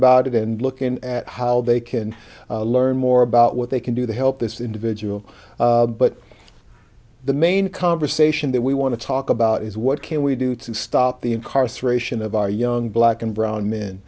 about it and looking at how they can learn more about what they can do to help this individual but the main conversation that we want to talk about is what can we do to stop the incarceration of our young black and brown